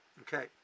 Okay